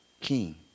king